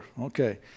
okay